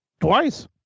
twice